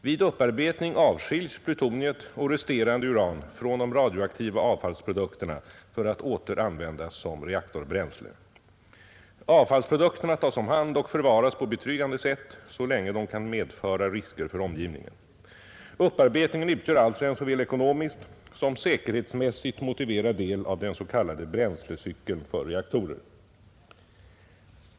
Vid upparbetning avskiljs plutoniet och resterande uran från de radioaktiva avfallsprodukterna för att återanvändas som reaktorbränsle. Avfallsprodukterna tas om hand och förvaras på betryggande sätt så länge de kan medföra risker för omgivningen. Upparbetningen utgör alltså en såväl ekonomiskt som säkerhetsmässigt motiverad del av den s.k. bränslecykeln för reaktorer.